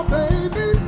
baby